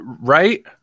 Right